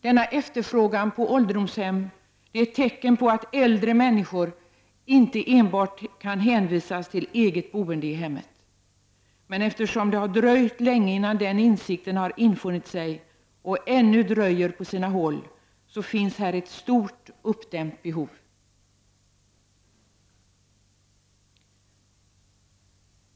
Denna efterfrågan på ålderdomshem är ett tecken på att äldre människor inte kan hänvisas enbart till eget boende i hemmet. Men eftersom det har dröjt länge innan den insikten har infunnit sig och eftersom den ännu: dröjer på sina håll, finns här ett stort uppdämt behov.